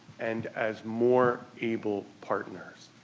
and as more able partners.